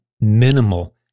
minimal